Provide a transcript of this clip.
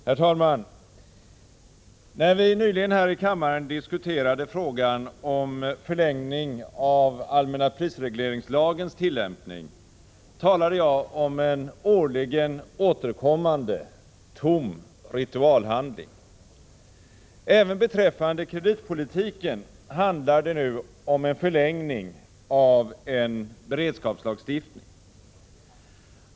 Herr talman! När vi nyligen här i kammaren diskuterade frågan om förlängning av allmänna prisregleringslagens tillämpning, talade jag om en årligen återkommande, tom ritualhandling. Även beträffande kreditpolitiken handlar det nu om en förlängning av en beredskapslagstiftning.